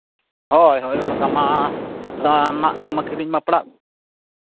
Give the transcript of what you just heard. ᱦᱳᱭ ᱦᱳᱭ ᱚᱱᱠᱟ ᱢᱟ ᱨᱟᱱ ᱟᱜ ᱟᱹᱠᱷᱨᱤᱧ ᱢᱟ ᱯᱟᱲᱟᱜᱼᱟ